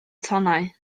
tonnau